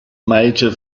major